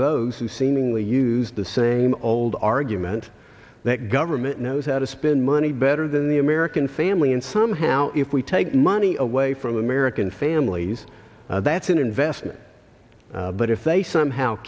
those who seemingly use the same old argument that government knows how to spend money better than the american family and somehow if we take money away from american families that's an investment but if they somehow